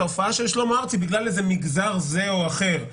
ההופעה של שלמה ארצי בגלל איזה מגזר זה או אחר,